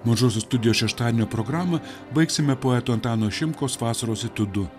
mažosios studijos šeštadienio programą baigsime poeto antano šimkaus vasaros hitu du